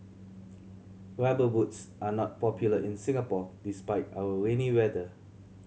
Rubber Boots are not popular in Singapore despite our rainy weather